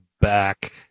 back